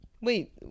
wait